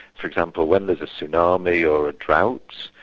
for example, when there's a tsunami or a drought,